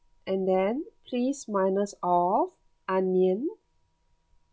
and then please minus off onion